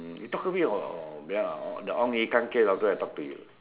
mm you talk to me the hokkien louder I talk to you